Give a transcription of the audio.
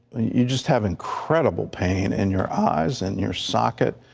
you just have incredible pain in your eyes and your socket.